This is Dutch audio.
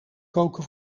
koken